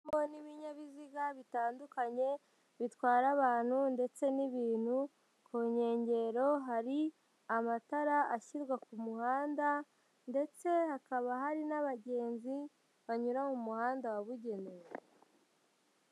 Umuhanda uri kunyurwamo n'ibinyabiziga bitandukanye bitwara abantu ndetse n'ibintu, ku nkengero hari amatara ashyirwa ku muhanda ndetse hakaba hari n'abagenzi banyura mu muhanda wabugenewe.